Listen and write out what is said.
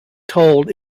told